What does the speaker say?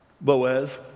Boaz